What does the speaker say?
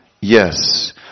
yes